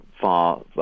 far